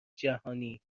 جهانی